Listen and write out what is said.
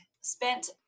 spent